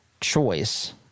choice